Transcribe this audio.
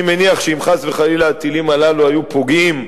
אני מניח שאם חס וחלילה הטילים הללו היו פוגעים,